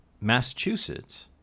Massachusetts